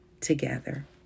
together